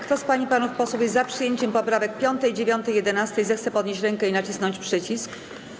Kto z pań i panów posłów jest za przyjęciem poprawek 5., 9. i 11., zechce podnieść rękę i nacisnąć przycisk.